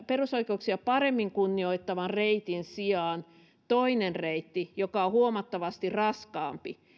perusoikeuksia paremmin kunnioittavan reitin sijaan toinen reitti joka on huomattavasti raskaampi